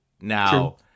Now